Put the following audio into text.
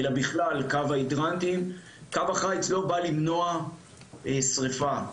קו החיץ לא בא למנוע שריפה,